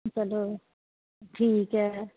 ਚਲੋ ਠੀਕ ਹੈ